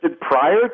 prior